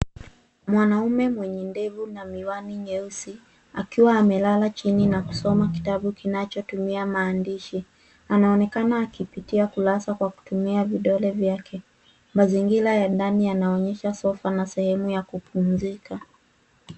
Mwanaume mwenye ndevu na miwani nyeusi akiwa amelala chini na kusoma kitabu kinachotumia maandishi. Anaonekana akipitia kurasa kwa kutumia vidole vyake. Mazingira ya ndani yanaonyesha sofa na sehemu ya kupumzika.